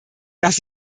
dass